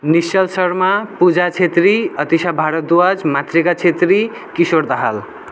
Nishchal Sharma Puja Chhetri Atisha Bharadwaj Matrika Chhetri Kishor Dahal